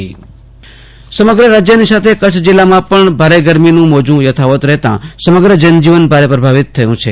આસુતોષ અંતાણી સમગ્ર રાજ્યની સાથે કરછ જીલ્લમાં પણ ભારે ગરમી નું મોજું થથવાત રહેતા સમગ્ર જનજીવન ભારે પ્રભાવિત થયું છે